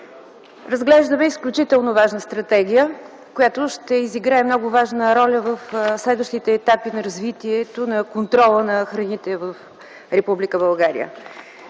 Разглеждаме изключително важна стратегия, която ще изиграе много важна роля в следващите етапи на развитието на контрола на храните в